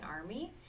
Army